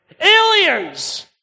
Aliens